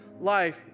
life